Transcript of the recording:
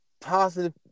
positive